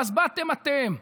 ואז באתם אתם,